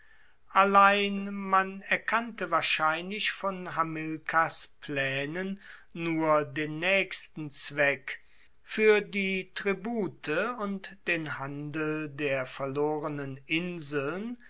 allein man erkannte wahrscheinlich von hamilkars plaenen nur den naechsten zweck fuer die tribute und den handel der verlorenen inseln